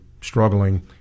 struggling